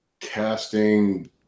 casting